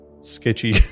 sketchy